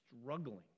struggling